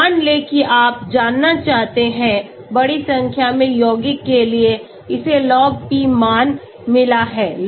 मान लें कि आप जानना चाहते हैं बड़ी संख्या में यौगिकों के लिए इसे Lop P मान मिला है